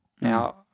Now